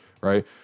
right